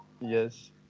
Yes